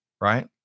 right